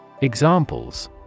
Examples